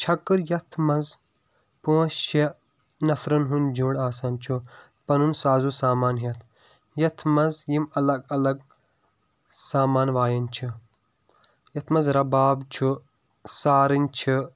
چھکٕر یَتھ منٛز پانٛژھ شیٚے نَفرَن ہُنٛد جُنٛڈ آسان چھُ پَنُن سازو سامان ہیٚتھ یَتھ منٛز یِم اَلگ اَلگ سامان وایان چھِ یَتھ منٛز رَباب چھُ سارٔنۍ چھِ